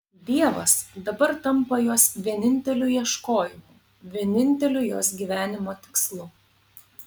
dievas dabar tampa jos vieninteliu ieškojimu vieninteliu jos gyvenimo tikslu